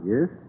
Yes